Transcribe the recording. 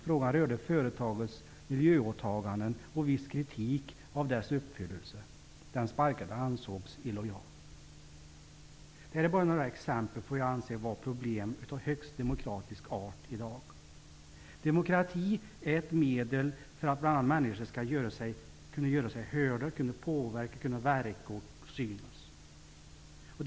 Frågan rörde företagets miljöåtaganden och viss kritik av hur de hade fullgjorts. Den sparkade ansågs vara illojal. Detta är bara några exempel på vad jag anser är problem av högst demokratisk art i dag. Demokrati är ett medel för att människor bl.a. skall kunna göra sig hörda, kunna påverka, kunna verka och kunna synas.